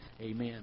Amen